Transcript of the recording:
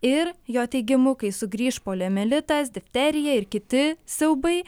ir jo teigimu kai sugrįš poliomielitas difterija ir kiti siaubai